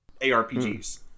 ARPGs